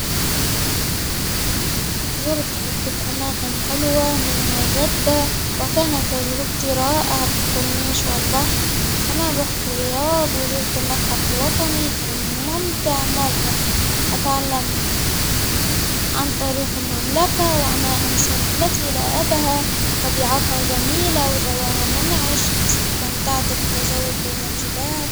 زرت عدة أماكن حلوة منها جدة، وكانت تجربتي رائعة في الكورنيش والبحر، كمان رحت الرياض ،وزرت المتحف الوطني كان ممتع مرة، إتعلمت عن تاريخ المملكة ولا أنسى رحلتي طبيعتها جميلة وجواها منعش، استمتعت بالتجول بين الجبال.